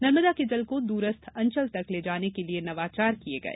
नर्मदा के जल को द्रस्थ अंचल तक ले जाने के लिए नवाचार किए गए